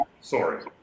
Sorry